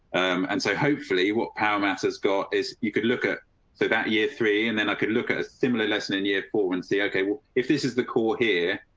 and so hopefully what power masses got is you could look at so that year three, and then i could look at a similar lesson in year forward. see ok? well, if this is the core here,